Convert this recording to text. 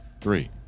three